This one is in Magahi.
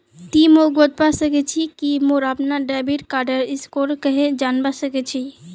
ति मोक बतवा सक छी कि मोर अपनार डेबिट कार्डेर स्कोर कँहे जनवा सक छी